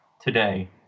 today